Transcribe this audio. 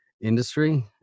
industry